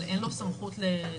אבל אין לו סמכות לחייב אותם.